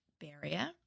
barrier